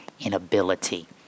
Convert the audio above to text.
inability